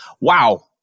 wow